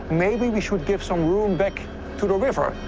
maybe, we should give some room back to the river,